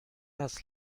است